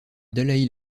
dalaï